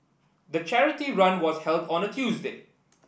the charity run was held on a Tuesday